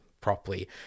properly